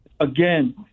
Again